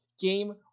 game